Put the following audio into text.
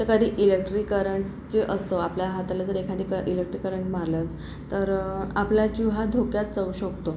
तर कधी electric current जे असतं आपल्या हाताला जर एखादी इलेक्ट्रिक करंट मारलं तर आपला जीव हा धोक्यात जाऊ शकतो